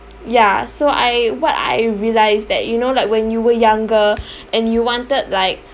ya so I what I realise that you know like when you were younger and you wanted like